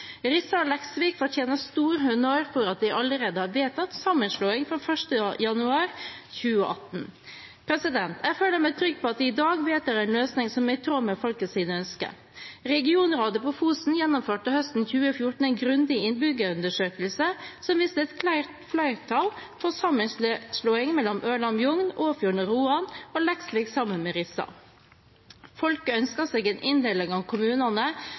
Rissa og Leksvik fortjener stor honnør for at de allerede har vedtatt sammenslåing fra 1. januar 2018. Jeg føler meg trygg på at vi i dag vedtar en løsning som er i tråd med folkets ønske. Regionrådet på Fosen gjennomførte høsten 2014 en grundig innbyggerundersøkelse som viste et klart flertall for sammenslåing av Ørland og Bjugn, Åfjord og Roan og Leksvik og Rissa. Folket ønsket seg en inndeling av kommunene